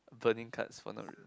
burning cards for